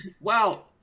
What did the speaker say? wow